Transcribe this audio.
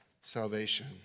salvation